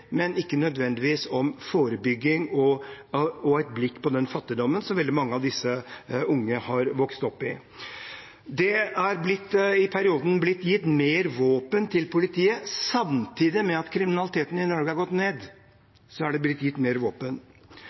men ikke nødvendigvis om forebygging og et blikk på den fattigdommen som veldig mange av disse unge har vokst opp i. Det er i perioden blitt gitt mer våpen til politiet. Samtidig med at kriminaliteten i Norge har gått ned, er det blitt gitt mer våpen.